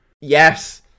Yes